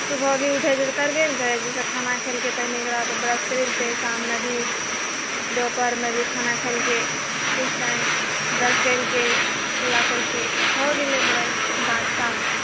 सुबह भी उठै छै तऽ करबै नहि करै छै जैसे खाना खेलकै तखनि ओकरा ब्रश करैतै शाममे भी दोपहरमे भी खाना खेलकै उस टाइम ब्रश कैलकै कुल्ला करिके हो गेलै ब्रश दाँत साफ